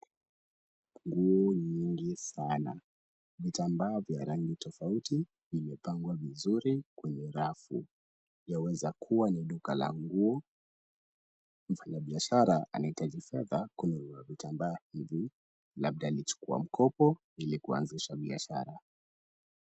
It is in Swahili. Nguo nyingi sana. Vitambaa vya rangi tofauti vimepangwa vizuri kwenye rafu. Yaweza kuwa ni duka la nguo. Mfanyabiashara anahitaji fedha kununua vitambaa hivi, labda alichukua mkopo ili kuanzisha biashara.